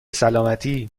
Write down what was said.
سلامتی